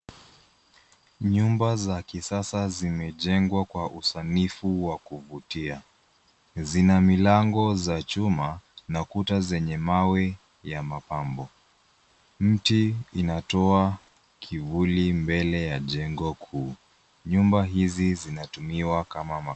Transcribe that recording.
Nyumba za kisasa zimejengwa kwa usanifu wa kufutia zina mlango za chuma na ukuta zenye mawe ya mapambo. Miti inatoa kivuli mbele ya jengo kuu. Nyumba hizi zinatumiwa kama makazi.